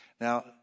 Now